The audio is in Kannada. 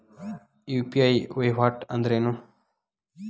ಯು.ಪಿ.ಐ ವಹಿವಾಟ್ ಅಂದ್ರೇನು?